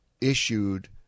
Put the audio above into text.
issued